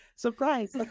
surprise